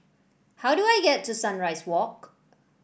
how do I get to Sunrise Walk